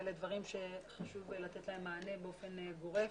אלה דברים שחשוב לתת להם מענה באופן גורף.